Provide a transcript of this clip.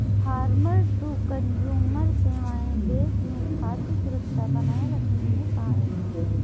farmer to consumer सेवाएं देश में खाद्य सुरक्षा बनाए रखने में सहायक है